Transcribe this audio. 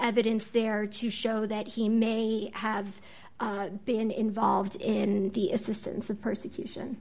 evidence there to show that he may have been involved in the assistance of persecution